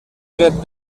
tret